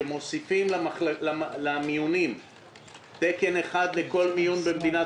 שמוסיפים למיונים - תקן אחד לכל מיון במדינת